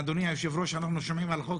עם אדוני היושב-ראש אנחנו שומעים על החוק